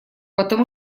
потому